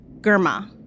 Germa